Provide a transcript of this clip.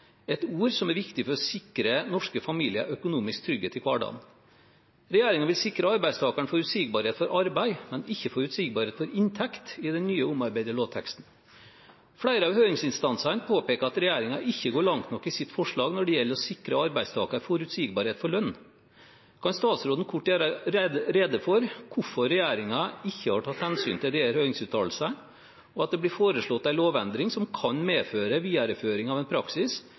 et viktig ord mangler, et ord som er viktig for å sikre norske familier økonomisk trygghet i hverdagen. Regjeringen vil sikre arbeidstakeren forutsigbarhet for arbeid, men ikke forutsigbarhet for inntekt i den nye, omarbeidede lovteksten. Flere av høringsinstansene påpeker at regjeringen ikke går langt nok i sitt forslag når det gjelder å sikre arbeidstakeren forutsigbarhet for lønn. Kan statsråden kort gjøre rede for hvorfor regjeringen ikke har tatt hensyn til disse høringsuttalelsene, og hvorfor det blir foreslått en lovendring som kan medføre en videreføring av en praksis